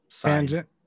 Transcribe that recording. tangent